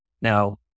now